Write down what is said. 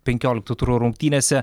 penkiolikto turo rungtynėse